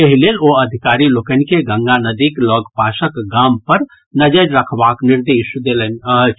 एहि लेल ओ अधिकारी लोकनि के गंगा नदीक लगपासक गाम पर नजरि रखबाक निर्देश देलनि अछि